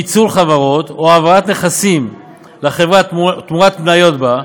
פיצול חברות או העברת נכסים לחברה תמורת מניות בה,